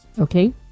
Okay